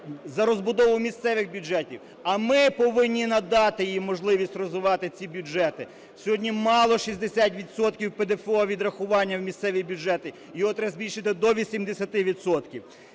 за розбудову місцевих бюджетів. А ми повинні надати їм можливість розвивати ці бюджети. Сьогодні мало 60 відсотків ПДФО відрахування в місцеві бюджети, його треба збільшити до 80